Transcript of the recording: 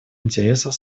интересов